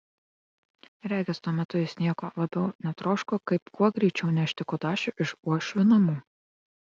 regis tuo metu jis nieko labiau netroško kaip kuo greičiau nešti kudašių iš uošvių namų